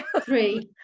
three